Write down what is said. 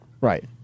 Right